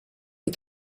des